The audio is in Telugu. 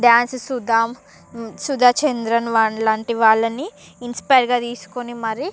డ్యాన్స్ చూడడం సుధా చంద్రన్ వా లాంటి వాళ్ళని ఇన్స్పైర్గా తీస్కుని మరీ